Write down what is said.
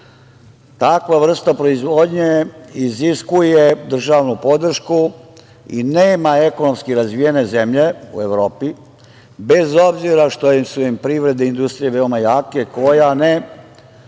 vrsta proizvodnje iziskuje državnu podršku i nema ekonomski razvijene zemlje u Evropi, bez obzira što su im privreda i industrija veoma jake, ko ne